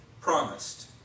promised